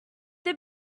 this